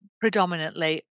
predominantly